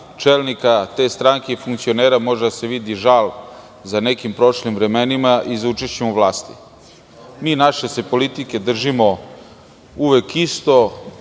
čelnika te stranke i funkcionera može da se vidi žal za nekim prošlim vremenima i za učešćem u vlasti. Mi se držimo naše politike, uvek isto,